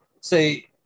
Say